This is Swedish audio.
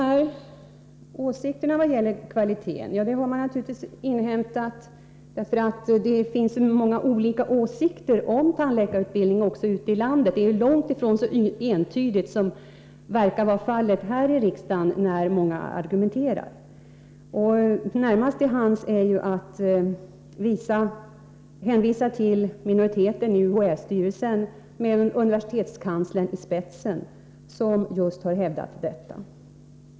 Synpunkter på kvaliteten har naturligtvis inhämtats från skilda håll därför att det finns olika åsikter om tandläkarutbildningen ute i landet. Det är långt ifrån så entydigt som det verkar när många argumenterar här i riksdagen. Närmast till hands ligger att hänvisa till minoriteten i UHÄ-styrelsen med universitetskanslern i spetsen som just har hävdat detta.